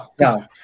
no